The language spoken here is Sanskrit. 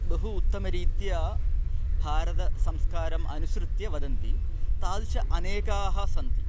बहु उत्तमरीत्या भारतसंस्कारम् अनुसृत्य वदन्ति तादृशाः अनेकाः सन्ति